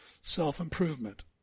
self-improvement